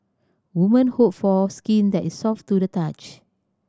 women hope for skin that is soft to the touch